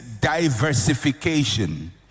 diversification